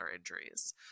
injuries